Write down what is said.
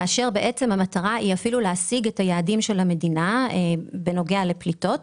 כאשר המטרה היא להשיג את היעדים של המדינה בנוגע לפליטות.